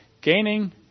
Gaining